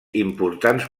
importants